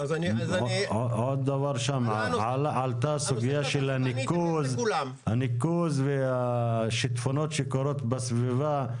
עלתה גם הסוגיה של הניקוז והשיטפונות שיש בסביבה.